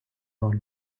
own